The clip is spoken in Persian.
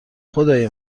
خدای